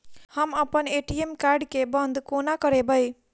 हम अप्पन ATM card केँ बंद कोना करेबै?